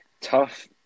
tough